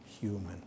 human